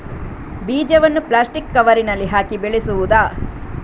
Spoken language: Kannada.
ಬೀಜವನ್ನು ಪ್ಲಾಸ್ಟಿಕ್ ಕವರಿನಲ್ಲಿ ಹಾಕಿ ಬೆಳೆಸುವುದಾ?